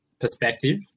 perspective